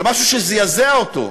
על משהו שזעזע אותו: